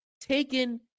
taken